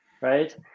right